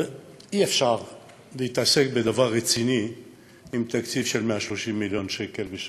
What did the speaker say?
ואי-אפשר להתעסק בדבר רציני עם תקציב של 130 מיליון שקל בשנה,